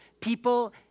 People